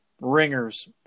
ringers